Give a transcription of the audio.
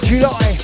July